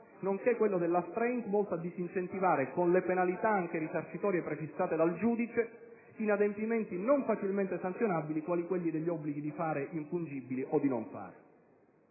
nonché quello dell'*astreinte*, volto a disincentivare, con le penalità anche risarcitorie prefissate dal giudice, inadempimenti non facilmente sanzionabili quali quelli degli obblighi di fare infungibile o di non fare.